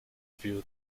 view